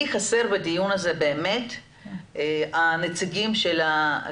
מה שחסר לי בדיון זה לשמוע את נציגי הארגונים.